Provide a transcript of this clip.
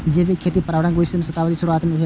जैविक खेतीक प्रारंभ बीसम शताब्दीक शुरुआत मे भेल रहै